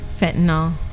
Fentanyl